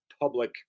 public